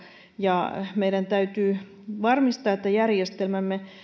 ja meidän täytyy varmistaa että järjestelmämme